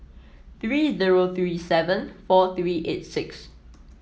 three zero three seven four three eight six